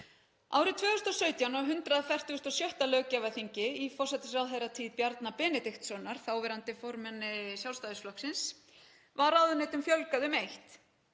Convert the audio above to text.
Árið 2017, á 146. löggjafarþingi í forsætisráðherratíð Bjarna Benediktssonar, þáverandi formanni Sjálfstæðisflokksins, var ráðuneytum fjölgað um eitt.